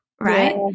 right